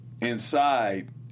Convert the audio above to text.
inside